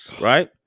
right